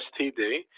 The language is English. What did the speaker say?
STD